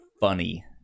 funny